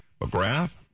McGrath